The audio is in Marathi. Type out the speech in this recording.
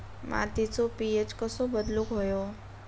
मातीचो पी.एच कसो बदलुक होयो?